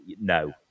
no